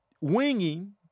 winging